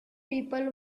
people